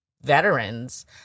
veterans